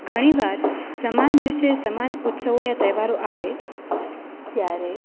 ઘણી વાર સમાન દિવસે સમાન ઉત્સવો યા તહેવારો આવે ત્યારે